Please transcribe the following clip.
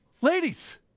ladies